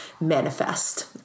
manifest